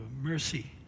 mercy